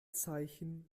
zeichen